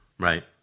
Right